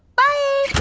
bye!